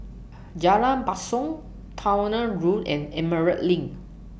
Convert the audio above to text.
Jalan Basong Towner Road and Emerald LINK